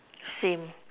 same